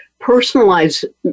personalize